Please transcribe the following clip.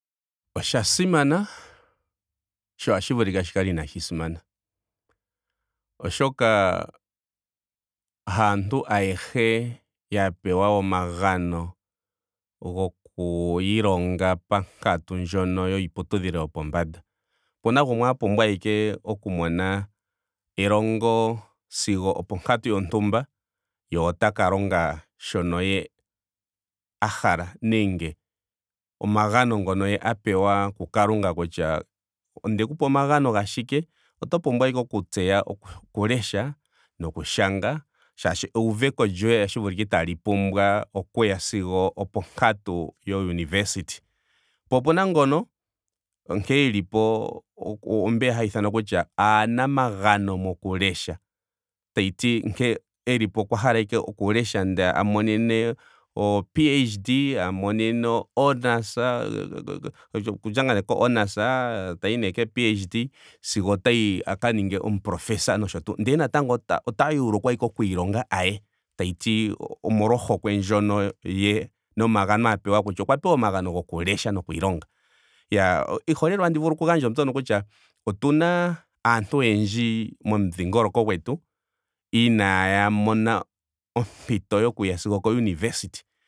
Osha simana sho otashi vulika shi kale inaashi simana. oshoka haantu ayehe ya pewa omagano goku ilonga pankatu ndjono yiiputudhilo yopombanda. Opena gumwe a pumbwa ashike oku mona elongo sigo oponkatu yontumba ye otaka longa shoka ye a hala. nenge omagano ngo ye a pewa ku kalunga kutya ondeku pa omagano gashike. oto pumbwa ashike okutseya oku lesha noku shanga molwaashoka euveko lyoye otashi vulika itaali pumbwa okuya sigo oponkatu yo university. Po opena ngono nkene elipo ombeya haya ithanwa kutya aanamagano moku lesha. Tashiti nkene elipo okwa hala ashike oku lesha. nde a monene o phd. a monene o honours. okuza ngaa nee ko honours. tayi nee koo phd sigo otayi a ka ninge omu proffesor nosho tuu. Ndele natango ta yuulukwa ashike oku ilonga aye. tashiti omolwa ohokwe ndjoka ye nomagano a pewa kutya okwa pewa omagano goku lesha noku ilonga. Iyaa iiholelwa te vulu okugandja oombyono kutya otuna aantu oyendji momudhingoloko gwetu inaaya mona ompito yokuya sigo oko university